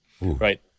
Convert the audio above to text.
Right